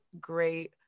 great